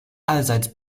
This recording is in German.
allseits